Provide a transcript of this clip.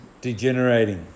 degenerating